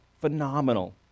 phenomenal